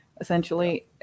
essentially